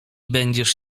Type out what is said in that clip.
będziesz